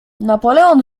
napoleon